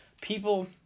People